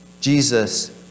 Jesus